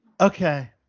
okay